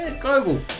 global